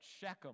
Shechem